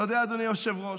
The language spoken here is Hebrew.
אתה יודע, אדוני היושב-ראש,